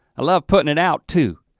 i love putting it out too.